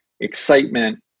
excitement